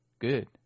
Good